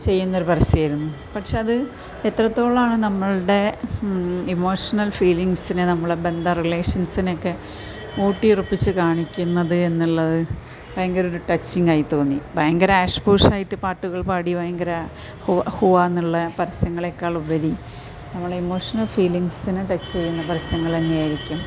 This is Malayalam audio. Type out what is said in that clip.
ചെയ്യുന്നൊരു പരസ്യമായിരുന്നു പക്ഷേ അത് എത്രത്തോളാണ് നമ്മൾടെ ഇമോഷണൽ ഫീലിങ്സിനെ നമ്മളെ ബന്ധ റിലേഷൻസിനെക്കെ ഊട്ടിയുറപ്പിച്ച് കാണിക്കുന്നത് എന്നുള്ളത് ഭയങ്കര ഒരു ടച്ചിങ്ങായി തോന്നി ഭയങ്കര ആഷ് പുഷ് ആയിട്ട് പാട്ടുകൾ പാടി ഭയങ്കര ഹുവാ ഹുവാന്നുള്ള പരസ്യങ്ങളേക്കാളുപരി നമ്മുടെ ഇമോഷണൽ ഫീലിങ്ങ്സിനെ ടച്ച് ചെയ്യുന്ന പരസ്യങ്ങൾ തന്നെയായിരിക്കും